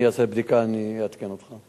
אני אעשה בדיקה ואני אעדכן אותך.